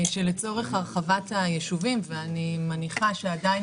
שלצורך הרחבת היישובים ואני מניחה שעדיין